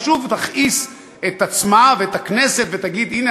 ושוב תכעיס את עצמה ואת הכנסת ותגיד: הנה,